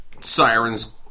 sirens